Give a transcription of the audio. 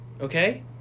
Okay